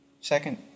Second